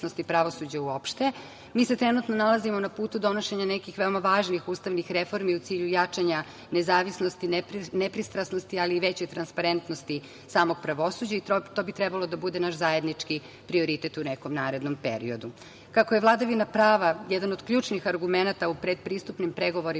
pravosuđa uopšte. Mi se trenutno nalazimo na putu donošenja nekih veoma važnih ustavnih reformi u cilju jačanja nezavisnosti, nepristrasnosti, ali i većoj transparentnosti samog pravosuđa i to bi trebao da bude naš zajednički prioritet u nekom narednom periodu. Kako je vladavina prava jedan od ključnih argumenata u predpristupnim pregovorima